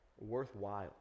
worthwhile